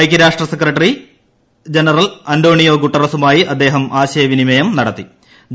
ഐക്യരാഷ്ട്രസെക്രട്ടറി general Antonio ഗുട്ടറസുമായി അദ്ദേഹം ആശയവിനിമയം നടത്തും